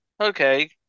Okay